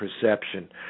perception